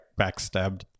backstabbed